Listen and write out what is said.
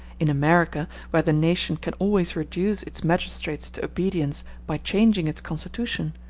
in america, where the nation can always reduce its magistrates to obedience by changing its constitution,